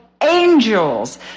angels